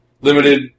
Limited